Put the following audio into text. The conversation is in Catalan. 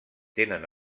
tenen